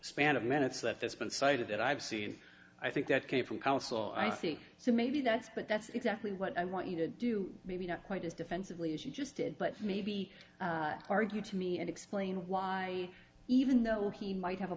span of minutes that this been cited that i've seen i think that came from counsel i see so maybe that's but that's exactly what i want you to do maybe not quite as defensively as you just did but maybe argue to me and explain why even though he might have a